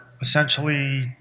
essentially